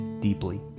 deeply